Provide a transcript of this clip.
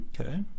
Okay